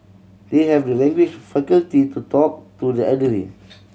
they have the language faculty to talk to the elderly